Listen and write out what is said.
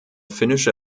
finnische